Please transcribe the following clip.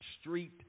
street